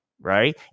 right